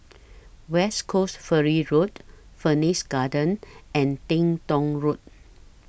West Coast Ferry Road Phoenix Garden and Teng Tong Road